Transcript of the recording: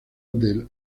del